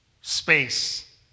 space